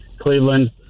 Cleveland